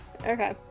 Okay